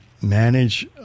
manage